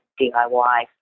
DIY